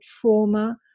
trauma